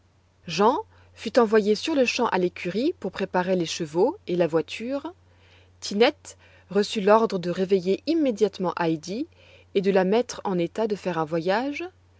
jean fut envoyé sur-le-champ à l'écurie pour préparer les chevaux et la voiture tinette reçut l'ordre de réveiller immédiatement heidi et de la mettre en état de faire un voyage